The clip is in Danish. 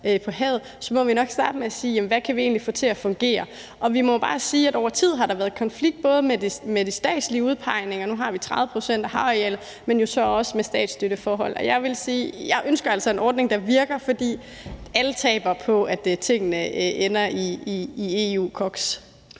på havet – nok må starte med at se på, hvad vi egentlig kan få til at fungere. Og vi må bare sige, at der over tid har været konflikt både med de statslige udpegninger – nu har vi 30 pct. havarealer – men jo så også med statsstøtteforholdene. Jeg vil sige, at jeg altså ønsker en ordning, der virker, for alle taber på, at tingene ender i EU-koks.